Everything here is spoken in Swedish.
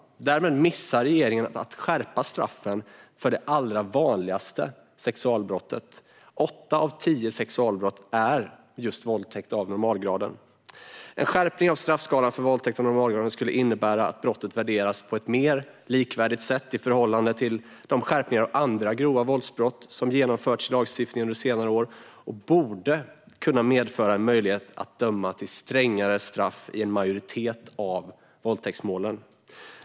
Därmed missar regeringen att skärpa straffen för det allra vanligaste sexualbrottet. Åtta av tio sexualbrott är just våldtäkt av normalgraden. En skärpning av straffskalan för våldtäkt av normalgraden skulle innebära att brottet värderades på ett mer likvärdigt sätt i förhållande till andra grova våldsbrott, som det genomförts straffskärpningar för i lagstiftningen under senare år, och borde kunna medföra en möjlighet att döma till strängare straff i en majoritet av våldtäktsmålen.